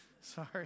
Sorry